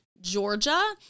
georgia